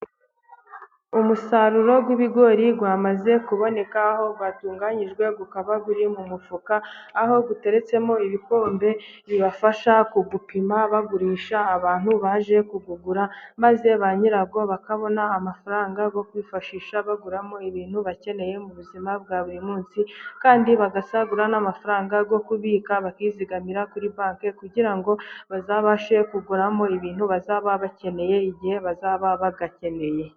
Umusaruro w'ibigori wamaze kuboneka, aho watunganyijwe ukaba uri mu mufuka, aho uteretsemo ibikombe, bibafasha gupima bagurisha, abantu baje kugugura, maze ba nyirawo, bakabona amafaranga yo kwifashisha, baguramo ibintu bakeneye, mu buzima bwa buri munsi kandi bagasagura n'amafaranga, yo kubika bakizigamira kuri banki, kugira ngo bazabashe kuguramo, ibintu bazaba bakeneye, igihe bazaba bayakeneye.